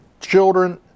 children